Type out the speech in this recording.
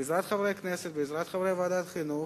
בעזרת חברי הכנסת, בעזרת חברי ועדת החינוך,